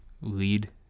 lead